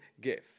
give